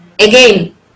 Again